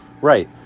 Right